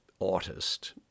artist